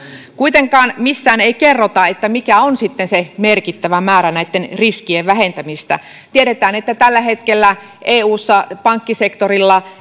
kuitenkaan missään ei kerrota mikä on sitten se merkittävä määrä näitten riskien vähentämistä tiedetään että tällä hetkellä eussa pankkisektorilla